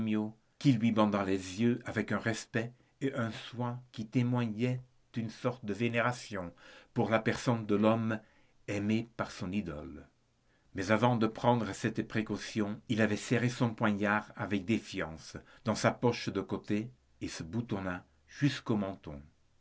qui lui banda les yeux avec un respect et un soin qui témoignaient une sorte de vénération pour la personne de l'homme aimé par son idole mais avant de prendre cette précaution il avait serré son poignard avec défiance dans sa poche de côté et se boutonna jusqu'au menton